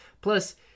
plus